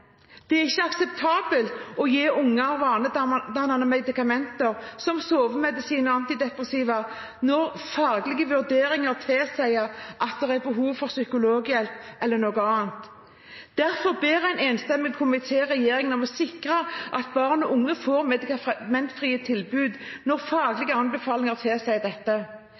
Det er ikke akseptabelt å gi unger vanedannende medikamenter som sovemedisin og antidepressiva når faglige vurderinger tilsier at det er behov for psykologhjelp eller annet. Derfor ber en enstemmig komité regjeringen om å sikre at barn og unge får medikamentfrie behandlingstilbud når faglige anbefalinger tilsier dette.